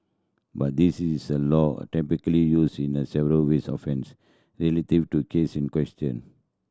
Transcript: but this is a law a typically used in less several with offence relative to case in question